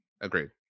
Agreed